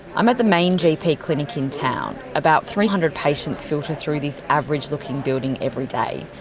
i'm at the main gp clinic in town. about three hundred patients filter through this average looking building every day.